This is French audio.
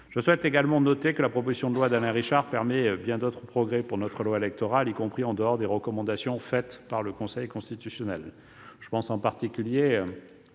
à souligner que la proposition de loi d'Alain Richard permet bien d'autres progrès pour notre loi électorale, y compris en dehors des recommandations émises par le Conseil constitutionnel. Je pense, en particulier,